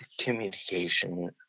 communication